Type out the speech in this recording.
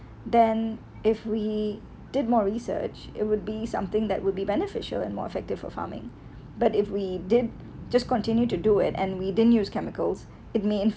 then if we did more research it would be something that would be beneficial and more effective for farming but if we did just continue to do it and we didn't use chemicals it means